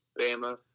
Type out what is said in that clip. Bama